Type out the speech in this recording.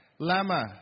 Lama